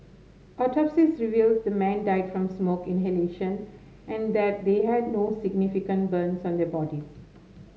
autopsies revealed the men died from smoke inhalation and that they had no significant burns on their bodies